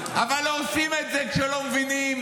אבל לא עושים את זה כשלא מבינים,